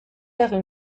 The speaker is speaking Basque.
egin